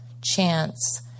chance